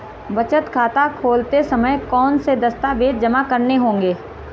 बचत खाता खोलते समय कौनसे दस्तावेज़ जमा करने होंगे?